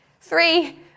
Three